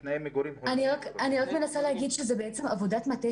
אני רק מנסה להגיד שזו בעצם עבודת מטה